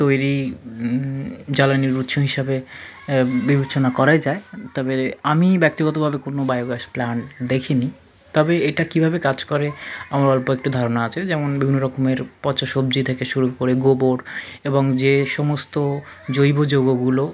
তৈরি জ্বালানির উৎস হিসাবে বিবেচনা করাই যায় তবে আমি ব্যক্তিগতভাবে কোনো বায়োগ্যাস প্লান্ট দেখি নি তবে এটা কীভাবে কাজ করে আমার অল্প একটু ধারণা আছে যেমন বিভিন্ন রকমের পচা সবজি থেকে শুরু করে গোবর এবং যে সমস্ত জৈবযৌগগুলো